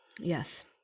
Yes